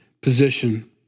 position